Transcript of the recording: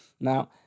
Now